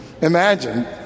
Imagine